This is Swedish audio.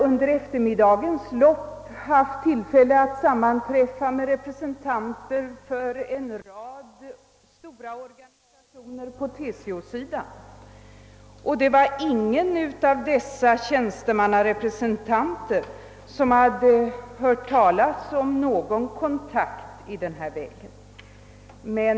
Under eftermiddagens lopp har jag haft tillfälle att sammanträffa med representanter för en rad stora organisationer på TCO-sidan, men ingen av de tjänstemannarepresentanterna hade hört talas om några kontakter i detta fall.